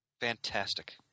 Fantastic